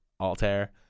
Altair